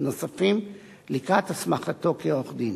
נוספים לקראת הסמכתו כעורך-דין.